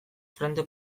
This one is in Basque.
frente